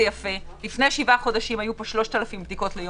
לפני שבעה חודשים היה פה 3,000 בדיקות ביום,